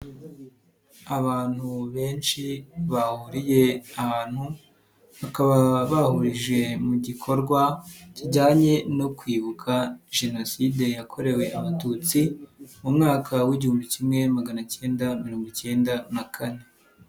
Abantu benshi bahuriye ahantu bakaba bahurije mu gikorwa kijyanye no kwibuka jenoside yakorewe Abatutsi mu mwaka w'igihumbi kimwe magana cyenda mirongo icyenda na kane.